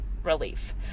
relief